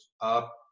up